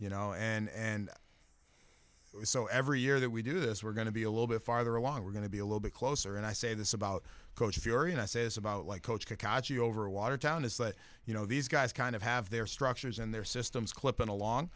you know and so every year that we do this we're going to be a little bit farther along we're going to be a little bit closer and i say this about coach fury and i says about like coach because you over watertown is that you know these guys kind of have their structures and their systems clipping along